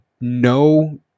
no